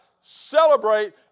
celebrate